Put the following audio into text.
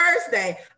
Thursday